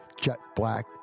jet-black